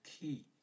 key